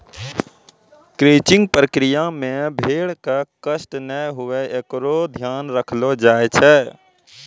crutching प्रक्रिया मे भेड़ क कष्ट नै हुये एकरो ध्यान रखलो जाय छै